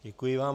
Děkuji vám.